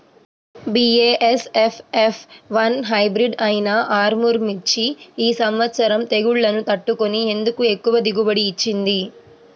BASF F one hybrid అయినా ఆర్ముర్ మిర్చి ఈ సంవత్సరం తెగుళ్లును తట్టుకొని ఎందుకు ఎక్కువ దిగుబడి ఇచ్చింది?